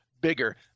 bigger